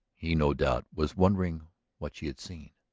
he, no doubt, was wondering what she had seen.